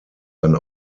ein